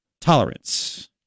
Tolerance